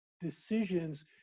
decisions